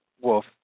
wolf